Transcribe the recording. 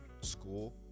school